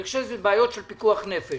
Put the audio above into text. אני חושב שאלה בעיות של פיקוח נפש.